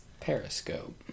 Periscope